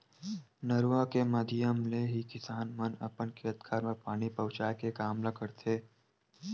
नरूवा के माधियम ले ही किसान मन अपन खेत खार म पानी पहुँचाय के काम ल करथे